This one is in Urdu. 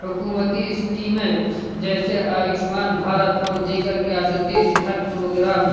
حکومتی اسکیمیں جیسے آیوشمان بھارت اور دیگر ریاستی صحت پروگرام